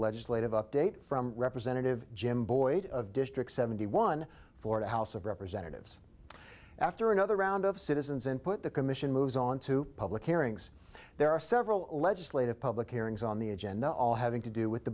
legislative update from representative jim boyd of district seventy one for the house of representatives after another round of citizens input the commission moves on to public hearings there are several legislative public hearings on the agenda all having to do with the